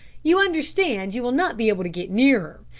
you understand, you will not be able to get near